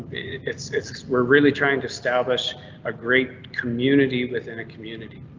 it's it's we're really trying to establish a great community within a community.